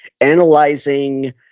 analyzing